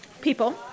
people